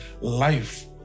life